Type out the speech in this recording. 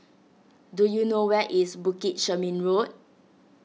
do you know where is Bukit Chermin Road